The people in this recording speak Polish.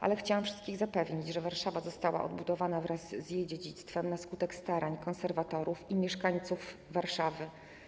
Ale chciałam wszystkich zapewnić, że Warszawa została odbudowana wraz z jej dziedzictwem na skutek starań konserwatorów i mieszkańców Warszawy.